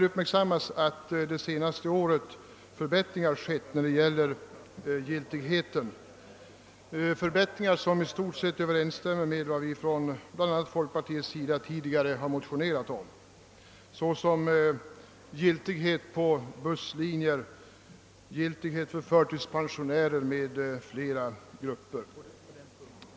Under det senaste året har förbättringar genomförts vilka i stort sett överensstämmer med vad vi bl.a. från folkpartiets sida tidigare har motionerat om — 67-korten gäller nu även på busslinjer samt för förtidspensionärer med flera grupper.